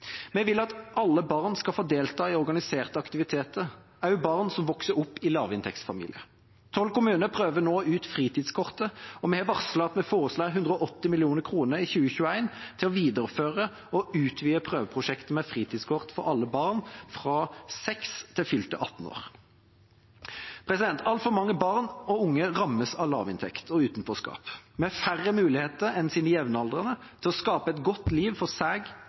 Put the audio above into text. Vi vil at alle barn skal få delta i organiserte aktiviteter, også barn som vokser opp i lavinntektsfamilier. Tolv kommuner prøver nå ut fritidskortet, og vi har varslet at vi foreslår 180 mill. kr i 2021 til å videreføre og utvide prøveprosjektet med fritidskort for alle barn fra 6 år til fylte 18 år. Altfor mange barn og unge rammes av lavinntekt og utenforskap, med færre muligheter enn sine jevnaldrende til å skape et godt liv for seg